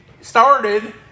started